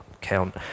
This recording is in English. count